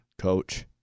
Coach